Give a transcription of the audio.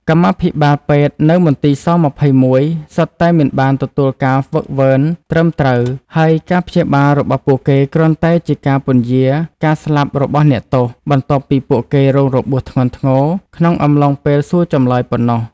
កម្មាភិបាលពេទ្យនៅមន្ទីរស-២១ សុទ្ធតែមិនបានទទួលការហ្វឹកហ្វឺនត្រឹមត្រូវ ហើយការព្យាបាលរបស់ពួកគេគ្រាន់តែជាការពន្យារការស្លាប់របស់អ្នកទោស បន្ទាប់ពីពួកគេរងរបួសធ្ងន់ធ្ងរក្នុងអំឡុងពេលសួរចម្លើយប៉ុណ្ណោះ។